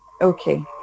Okay